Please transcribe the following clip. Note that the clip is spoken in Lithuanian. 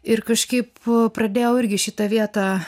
ir kažkaip pradėjau irgi šitą vietą